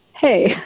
hey